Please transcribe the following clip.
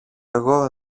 εγώ